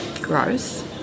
gross